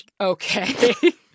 Okay